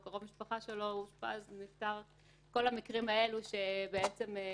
או קרוב משפחה שלו אושפז כל המקרים האלה שמונעים